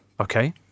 Okay